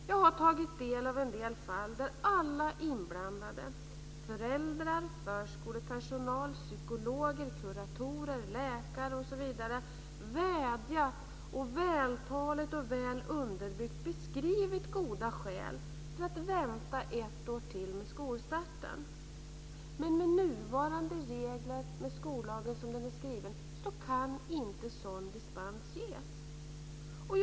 Jag har tagit del av en del fall där alla inblandade, föräldrar, förskolepersonal, psykologer, kuratorer, läkare, osv., vädjat och vältaligt och väl underbyggt beskrivit goda skäl för att vänta ett år till med skolstarten. Men med nuvarande regler, som skollagen är skriven, så kan sådan dispens inte ges.